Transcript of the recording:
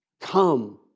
come